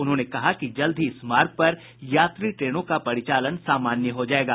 उन्होंने कहा कि जल्द ही इस मार्ग पर यात्री ट्रेनों का परिचालन सामान्य हो जायेगा